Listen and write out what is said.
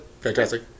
Fantastic